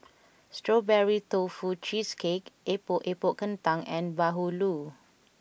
Strawberry Tofu Cheesecake Epok Epok Kentang and Bahulu